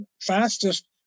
fastest